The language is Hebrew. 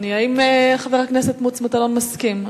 האם חבר הכנסת מטלון מסכים?